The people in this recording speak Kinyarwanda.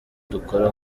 dukora